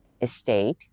estate